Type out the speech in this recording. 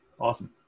awesome